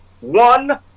one